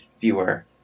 viewer